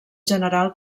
general